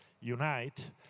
unite